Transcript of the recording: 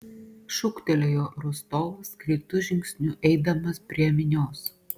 šūktelėjo rostovas greitu žingsniu eidamas prie minios